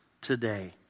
today